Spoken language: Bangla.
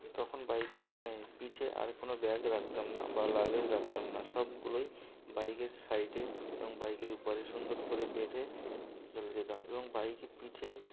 তখন বাইকে এই পিঠে আর কোনো ব্যাগ রাখতাম না বা লাগেজ রাখতাম না সবগুলোই বাইকের সাইডে এবং বাইকের উপরে সুন্দর করে বেঁধে চলে যেতাম এবং বাইকে পিঠে